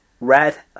Red